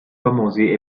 famosi